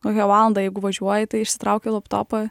kokią valandą jeigu važiuoji tai išsitrauki laptopą